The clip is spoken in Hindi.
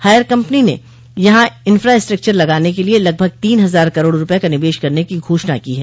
हायर कम्पनी ने यहां इंफ्रास्टक्चर लगाने के लिए लगभग तीन हजार करोड़ रूपये का निवेश करने की घोषणा की है